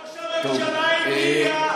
ראש הממשלה הגיע.